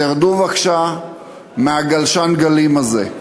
תרדו בבקשה מגלשן הגלים הזה,